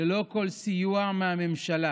ללא כל סיוע מהממשלה,